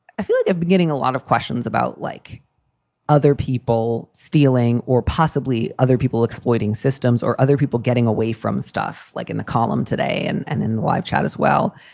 i feel like i've been getting a lot of questions about like other people stealing or possibly other people exploiting systems or other people getting away from stuff like in the column today and and in the live chat as well.